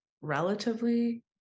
relatively